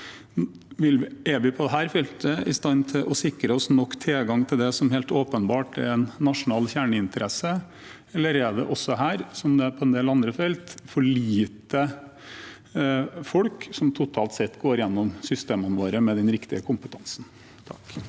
Er vi på dette feltet i stand til å sikre oss nok tilgang til det som helt åpenbart er en nasjonal kjerneinteresse, eller er det også her, som på en del andre felt, for få folk som totalt sett går gjennom systemene våre med den riktige kompetansen?